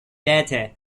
data